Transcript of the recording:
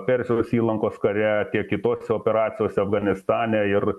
persijos įlankos kare apie kitose operacijose afganistane ir